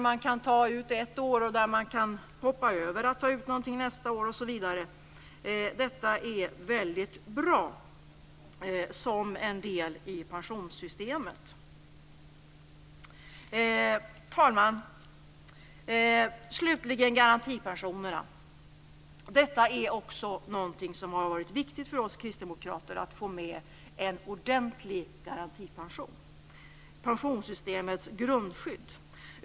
Man kan ta ut ett år, hoppa över uttag nästa år osv. Detta är väldigt bra som en del i pensionssystemet. Herr talman! Jag vill slutligen ta upp garantipensionerna. Det har varit viktigt för oss kristdemokrater att få med en ordentlig garantipension, pensionssystemets grundskydd.